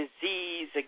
disease